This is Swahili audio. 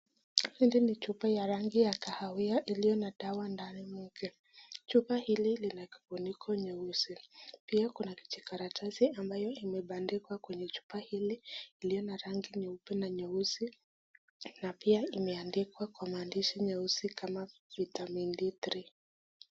Hili ni chupa ya rangi ya kahawia iliyo na dawa ndani mwake, chupa hili lina kifuniko nyeusi, pia kuna kijikaratasi ambayo imebandikwa kwenye chupa hili iliyo na rangi nyeupe na nyeusi na pia imeandikwa kwa maandishi nyeusi kama Vitamin D3 .